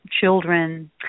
children